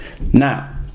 now